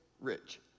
rich